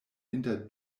inter